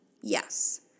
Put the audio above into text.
yes